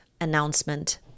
announcement